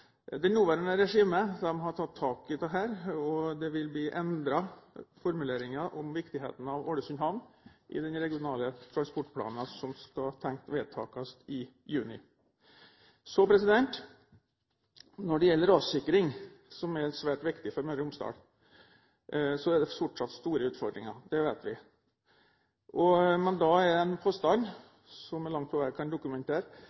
Det nåværende regimet har tatt tak i dette, og formuleringen om viktigheten av Ålesund havn vil bli endret i den regionale transportplanen som tenkes vedtatt i juni. Når det gjelder rassikring, som er svært viktig for Møre og Romsdal, er det fortsatt store utfordringer – det vet vi. Men da er det en påstand som langt på vei kan dokumentere